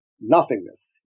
nothingness